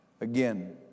again